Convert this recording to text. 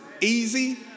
easy